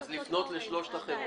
אז אני מבקש לפנות לשלוש החברות.